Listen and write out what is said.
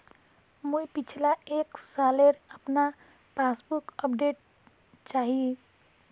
मुई पिछला एक सालेर अपना पासबुक अपडेट चाहची?